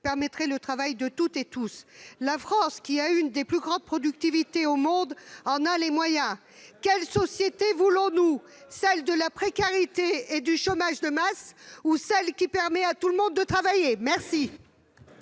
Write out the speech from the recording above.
permettrait le travail de toutes et de tous. La France, dont la productivité est l'une des plus fortes au monde, en a les moyens ! Quelle société voulons-nous : celle de la précarité et du chômage de masse, ou celle qui permet à tout le monde de travailler ? La